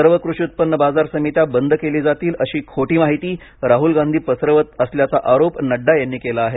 सर्व कृषी उत्पन्न बाजार समित्या बंद केली जातील अशी खोटी माहिती राहुल गांधी पसरवित असल्याचा आरोप नड्डा यांनी केला आहे